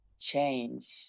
change